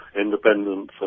independence